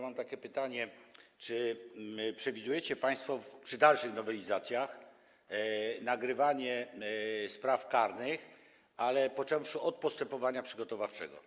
Mam takie pytanie: Czy przewidujecie państwo przy dalszych nowelizacjach nagrywanie spraw karnych, ale począwszy od postępowania przygotowawczego?